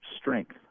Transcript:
strength